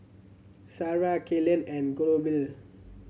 Sarrah Kaylen and Goebel